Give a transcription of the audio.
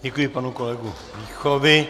Děkuji panu kolegu Víchovi.